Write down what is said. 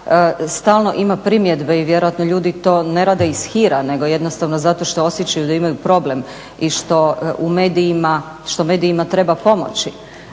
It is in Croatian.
stalno ima primjedbe i vjerojatno ljudi to ne rade iz hira, nego jednostavno zato što osjećaju da imaju problem i što u medijima treba pomoći.